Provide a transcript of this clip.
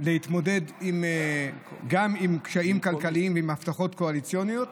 להתמודד גם עם קשיים כלכליים ועם הבטחות קואליציוניות,